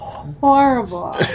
Horrible